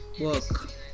work